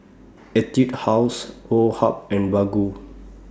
Etude House Woh Hup and Baggu